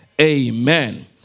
Amen